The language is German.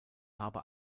habe